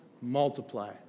multiply